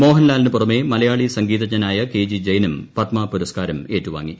മോഹൻലാലിന് പുറമേ മലയാളി സംഗീതജ്ഞനായ ക്ക് ജി ജയനും പത്മപുരസ്കാരം ഏറ്റുവാങ്ങി